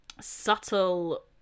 subtle